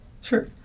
Sure